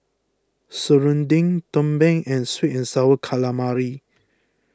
Serunding Tumpeng and Sweet and Sour Calamari